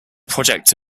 project